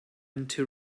into